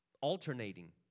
alternating